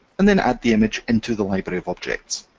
and then add the image into the library of objects.